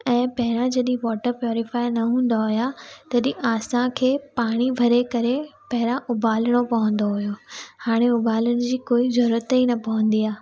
ऐं पहिरियां जॾहिं वाटर प्योरीफायर न हूंदा हुआ तॾहिं असांखे पाणी भरे करे पहिरां उबालणो पवंदो हुयो हाणे उबालण जी कोई ज़रूरत ई न पवंदी आहे